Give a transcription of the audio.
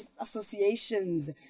associations